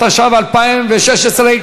התשע"ו 2016,